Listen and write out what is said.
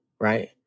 right